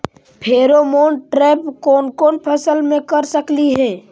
Pheromone trap कोन कोन फसल मे कर सकली हे?